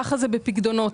כך זה פועל בפיקדונות.